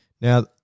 Now